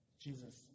Jesus